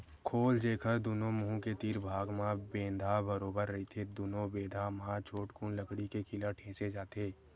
खोल, जेखर दूनो मुहूँ के तीर भाग म बेंधा बरोबर रहिथे दूनो बेधा म छोटकुन लकड़ी के खीला ठेंसे जाथे